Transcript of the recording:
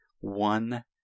one